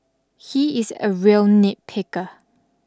he is a real nitpicker